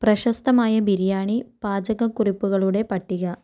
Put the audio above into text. പ്രശസ്തമായ ബിരിയാണി പാചകക്കുറിപ്പുകളുടെ പട്ടിക